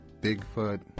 Bigfoot